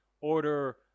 order